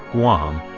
guam,